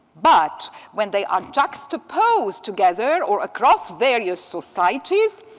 but when they are juxtaposed together or across various societies,